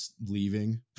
leaving